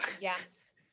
Yes